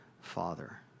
Father